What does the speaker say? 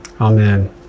amen